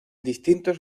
distintos